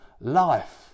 life